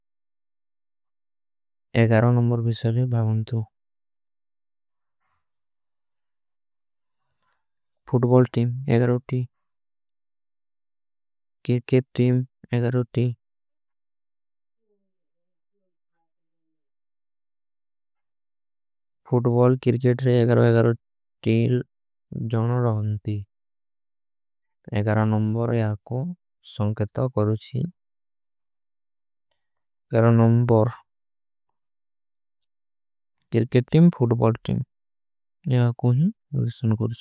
ନମବର ଵିଶ୍ଵେବେ ଭାଵନ୍ତୂ football team ଉଠୀ। କିରକେଟ ଟିମ ଉଠୀ ଫୂଟବାଲ କୀରକେଟ ମେଂ। ଉଠୀ ଜୋନ ଡନୀତଈନ। ନମବର ଯଖୋଂ ସଂକେତା କର ଚୀ number cricket. Team football team ଯଖୋଂ ବିସଂଦ କର ଛୋଂ।